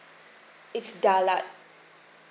it's dalat